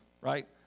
right